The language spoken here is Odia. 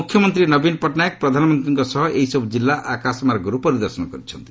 ମୁଖ୍ୟମନ୍ତ୍ରୀ ନବୀନ ପଟ୍ଟନାୟକ ପ୍ରଧାନମନ୍ତ୍ରୀଙ୍କ ସହ ଏହିସବୁ ଜିଲ୍ଲା ଆକାଶମାର୍ଗରୁ ପରିଦର୍ଶନ କରିଛନ୍ତି